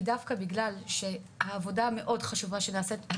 כי דווקא בגלל העבודה המאוד חשובה שנעשית,